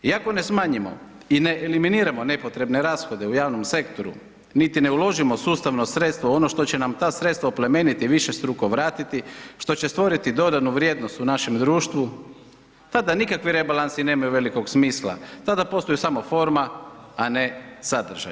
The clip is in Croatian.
I ako ne smanjimo i ne eliminiramo nepotrebne rashode u javnom sektoru, niti ne uložimo sustavno sredstvo u ono što će nam sredstva oplemeniti i višestruko vratiti, što će stvoriti dodanu vrijednost u našem društvu tada nikakvi rebalansi nemaju velikog smisla, tada postaju samo forma, a ne sadržaj.